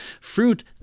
Fruit